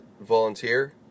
volunteer